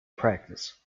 practice